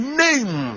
name